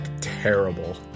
terrible